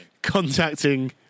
contacting